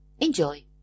Enjoy